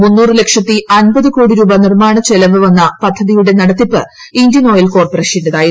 മൂന്നൂറ് ലക്ഷത്തി അൻപത് കോടി രൂപ നിർമ്മാണ ചെലവ് വന്ന പദ്ധതിയുടെ നടത്തിപ്പ് ഇന്ത്യൻ ഓയിൽ ക്യോർപ്പറേഷന്റേതായിരുന്നു